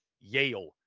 Yale